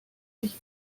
sich